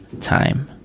time